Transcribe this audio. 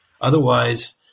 Otherwise